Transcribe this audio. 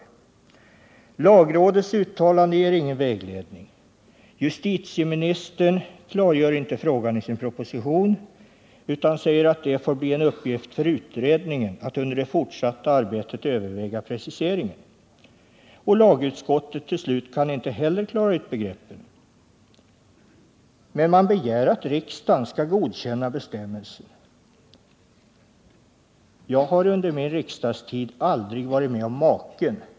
Lagrådets uttalande ger ingen vägledning. Justitieministern klargör inte frågan i sin proposition utan säger att det får bli en uppgift för utredningen att under det fortsatta arbetet överväga preciseringar, och lagutskottet kan inte heller klara ut begreppen men begär att riksdagen skall godkänna bestämmelserna. Jag har under min riksdagstid aldrig varit med om maken.